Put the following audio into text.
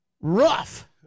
rough